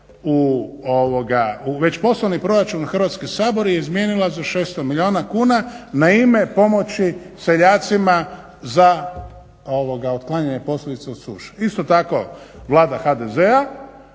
u već poslani proračun Hrvatski sabor je izmijenila za 600 milijuna kuna na ime pomoći seljacima za otklanjanje posljedica od suše. Isto tako Vlada HDZ-a